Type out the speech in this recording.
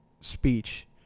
speech